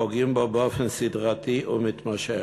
פוגעים בו באופן סדרתי ומתמשך.